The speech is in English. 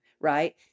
right